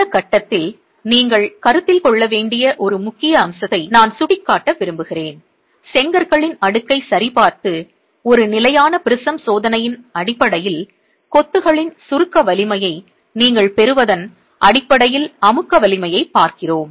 இந்த கட்டத்தில் நீங்கள் கருத்தில் கொள்ள வேண்டிய ஒரு முக்கிய அம்சத்தை நான் சுட்டிக்காட்ட விரும்புகிறேன் செங்கற்களின் அடுக்கைச் சரிபார்த்து ஒரு நிலையான ப்ரிஸம் சோதனையின் அடிப்படையில் கொத்துகளின் சுருக்க வலிமையை நீங்கள் பெறுவதன் அடிப்படையில் அமுக்க வலிமையைப் பார்க்கிறோம்